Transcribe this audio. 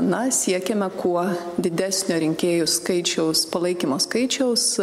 na siekėme kuo didesnio rinkėjų skaičiaus palaikymo skaičiaus